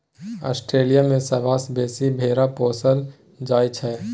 Australia मे सबसँ बेसी भेरा पोसल जाइ छै